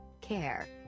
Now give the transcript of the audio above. care